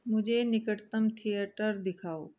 मुझे निकटतम थिएटर दिखाओ